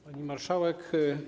Pani Marszałek!